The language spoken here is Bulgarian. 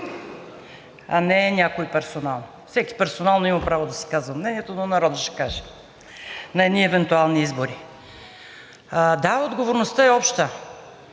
а не някой персонално. Всеки персонално има право да си казва мнението, но народът ще каже на едни евентуални избори. Да, отговорността е обща,